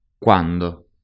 Quando